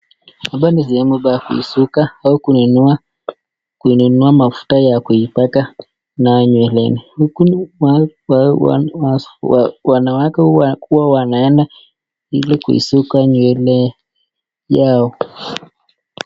Hapa ni sehemu ya kusuka au kuninua kununua mafuta ya kuipaka naye nyweleni. Huku wanawake huwa wanaenda ili kuisuka nywele yao.